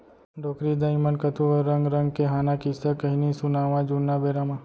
डोकरी दाइ मन कतको रंग रंग के हाना, किस्सा, कहिनी सुनावयँ जुन्ना बेरा म